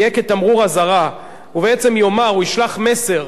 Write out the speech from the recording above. יהיה תמרור אזהרה ובעצם יאמר, הוא ישלח מסר